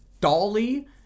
dolly